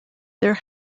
there